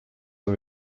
for